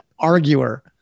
arguer